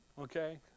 Okay